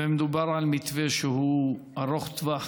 שמדובר על מתווה שהוא ארוך טווח,